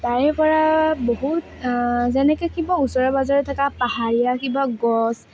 তাৰে পৰা বহুত যেনেকৈ কিবা ওচৰে পাঁজৰে থকা পাহাৰীয়া কিবা গছ